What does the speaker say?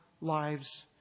lives